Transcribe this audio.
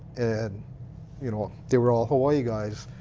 and you know they were all hawai'i guys.